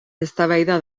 eztabaida